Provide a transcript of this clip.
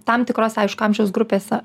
tam tikros aišku amžiaus grupės